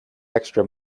extra